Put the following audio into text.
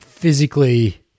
Physically